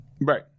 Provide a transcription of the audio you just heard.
Right